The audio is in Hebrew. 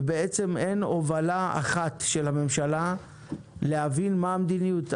ובעצם אין הובלה אחת של הממשלה להבין מה המדיניות.